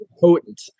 potent